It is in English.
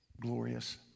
glorious